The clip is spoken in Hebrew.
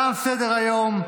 תם סדר-היום.